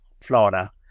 Florida